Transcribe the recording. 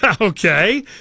Okay